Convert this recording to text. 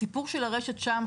הסיפור של הרשת שם,